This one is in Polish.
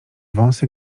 wąsy